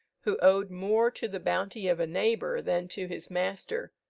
who owed more to the bounty of a neighbour than to his master,